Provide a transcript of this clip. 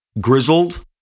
Grizzled